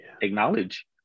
acknowledge